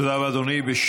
תודה רבה, אדוני.